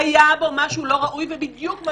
היה בו משהו לא ראוי וזה הרי בדיוק מה